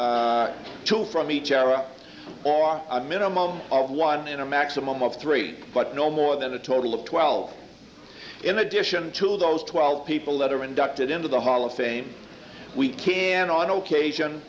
induct two from each era or a minimum of one in a maximum of three but no more than a total of twelve in addition to those twelve people that are inducted into the hall of fame we can on occasion